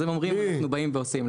אז הם אומרים ואנחנו באים ועושים.